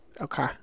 okay